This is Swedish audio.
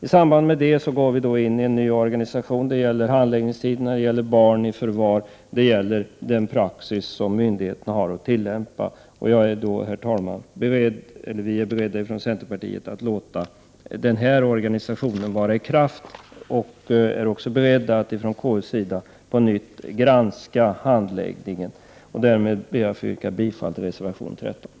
I samband härmed får vi en ny organisation när det gäller handläggningstider, barn i förvar och den praxis som myndigheterna har att tillämpa. Centerpartiet är berett att ställa sig bakom denna organisation, och konstitutionsutskottet är också berett att på nytt granska handläggningen. Herr talman! Jag ber att få yrka bifall till reservation 13.